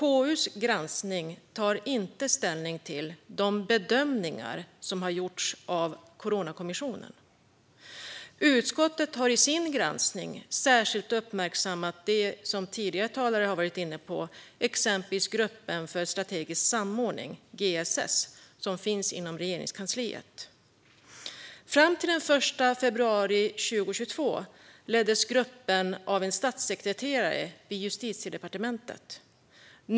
KU:s granskning tar inte ställning till de bedömningar som gjorts av Coronakommissionen. Utskottet har i sin granskning särskilt uppmärksammat det som tidigare talare har varit inne på: gruppen för strategisk samordning, GSS, som finns inom Regeringskansliet. Fram till den 1 februari 2022 leddes gruppen av en statssekreterare vid Justitiedepartementet.